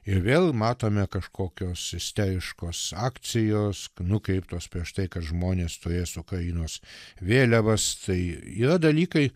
ir vėl matome kažkokios isteriškos akcijos nukreiptos prieš tai kad žmonės turės ukrainos vėliavas tai yra dalykai